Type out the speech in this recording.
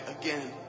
again